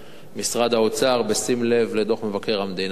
משרד האוצר בשים לב לדוח מבקר המדינה עכשיו.